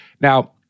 Now